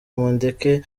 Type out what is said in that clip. mundeke